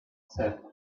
said